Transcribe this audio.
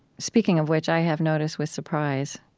speaking of which, i have noticed with surprise,